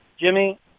Jimmy